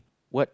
what